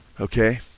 okay